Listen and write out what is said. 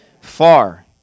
far